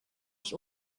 ich